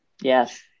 Yes